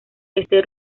este